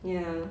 you